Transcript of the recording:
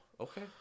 Okay